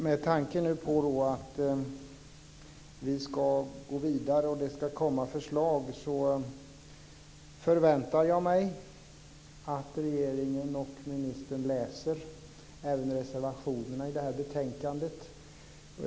Med tanke på att vi nu ska gå vidare och det ska komma förslag förväntar jag mig att regeringen och ministern läser även reservationerna i det här betänkandet.